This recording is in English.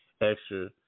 extra